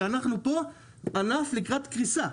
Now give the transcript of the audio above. כי אנחנו פה ענף לקראת קריסה.